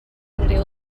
unrhyw